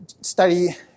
study